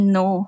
no